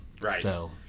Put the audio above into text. Right